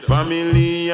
Family